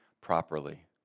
properly